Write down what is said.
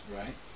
right